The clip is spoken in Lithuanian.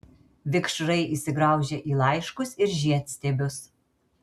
vikšrai įsigraužia į laiškus ir žiedstiebius